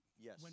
Yes